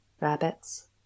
rabbits